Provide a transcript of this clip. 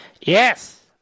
Yes